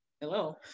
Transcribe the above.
Hello